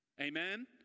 Amen